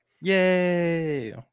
yay